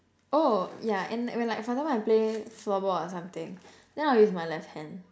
oh yeah and when like for example I play floorball or something then I'll use my left hand